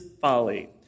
folly